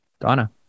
Donna